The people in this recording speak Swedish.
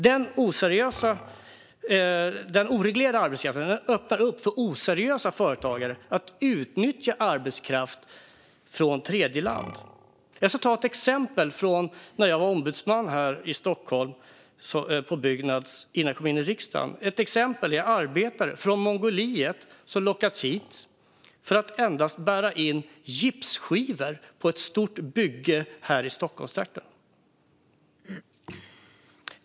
Den oreglerade arbetskraften öppnar för oseriösa företagare att utnyttja arbetskraft från tredjeland. Jag ska ge ett exempel från när jag var ombudsman i Byggnads här i Stockholm innan jag kom in i riksdagen. Arbetare från Mongoliet hade lockats hit för att endast bära in gipsskivor på ett stort bygge här i Stockholmstrakten.